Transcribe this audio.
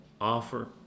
offer